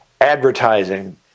advertising